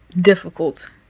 difficult